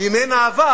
ואם אין אהבה,